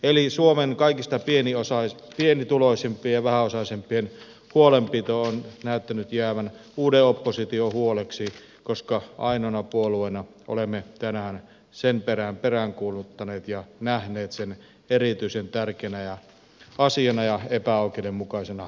eli suomen kaikista pienituloisimpien ja vähäosaisimpien huolenpito on näyttänyt jäävän uuden opposition huoleksi koska ainoana puolueena olemme tänään sen perään peräänkuuluttaneet ja nähneet sen erityisen tärkeänä asiana ja epäoikeudenmukaisena päätöksenä